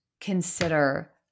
consider